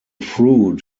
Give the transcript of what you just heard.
fruit